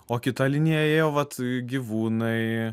o kita linija ėjo vat gyvūnai